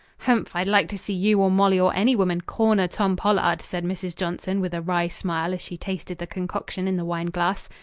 humph, i'd like to see you or molly or any woman corner tom pollard, said mrs. johnson with a wry smile as she tasted the concoction in the wine-glass.